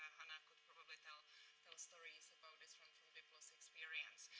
hannah could probably tell so stories about this from from diplo's experience.